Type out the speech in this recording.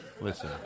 Listen